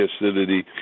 acidity